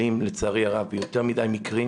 לצערי הרב אנחנו נתקלים ביותר מדי מקרים,